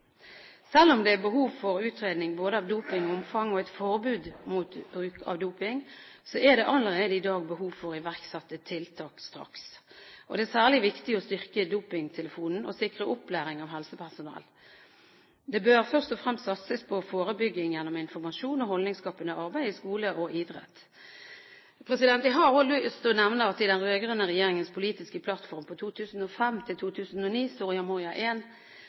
Selv om det er behov for utredning både av dopingomfang og av et forbud mot bruk av doping, er det allerede i dag behov for å iverksette tiltak straks. Det er særlig viktig å styrke dopingtelefonen og sikre opplæring av helsepersonell. Det bør først og fremst satses på forebygging gjennom informasjon og holdningsskapende arbeid i skole og idrett. Jeg har også lyst til å nevne at i den rød-grønne regjeringens politiske plattform